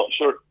sure